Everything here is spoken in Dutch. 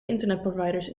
internetproviders